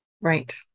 Right